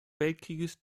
weltkrieges